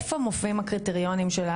איפה מופיעים הקריטריונים,